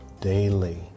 daily